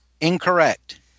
incorrect